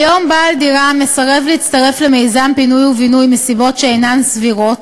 כיום בעל דירה המסרב להצטרף למיזם פינוי ובינוי מסיבות שאינן סבירות